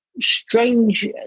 strange